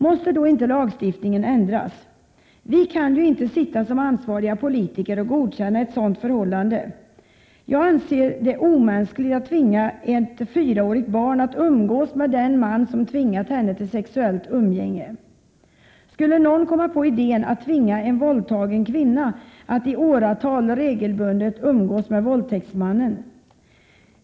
Måste då inte lagstiftningen ändras? Vi kan ju inte som ansvariga politiker godkänna ett sådant förhållande. Jag anser det vara omänskligt att tvinga ett fyraårigt barn att umgås med den man som tvingat henne till sexuellt umgänge. Skulle någon komma på idén att tvinga en våldtagen kvinna att i åratal regelbundet umgås med våldtäktsmannen?